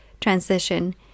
transition